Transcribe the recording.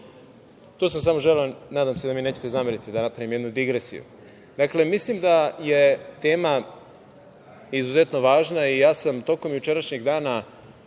To sam samo želeo. Nadam se da mi nećete zameriti, da napravim jednu digresiju. Dakle, mislim da je tema izuzetno važna i ja sam tokom jučerašnjeg dana